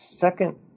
second